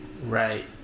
Right